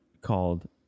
called